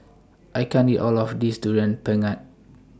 I can't eat All of This Durian Pengat